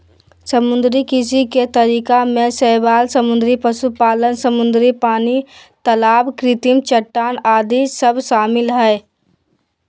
समुद्री कृषि के तरीका में शैवाल समुद्री पशुपालन, समुद्री पानी, तलाब कृत्रिम चट्टान आदि सब शामिल हइ